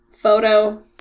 photo